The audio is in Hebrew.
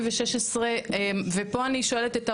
מ-2016, ופה אני שואלת את האוצר,